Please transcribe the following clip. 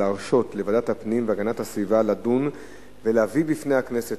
להרשות לוועדת הפנים והגנת הסביבה לדון ולהביא בפני הכנסת